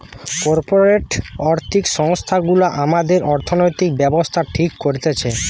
corporate আর্থিক সংস্থা গুলা আমাদের অর্থনৈতিক ব্যাবস্থা ঠিক করতেছে